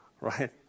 Right